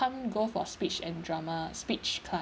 come go for speech and drama speech class